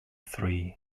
three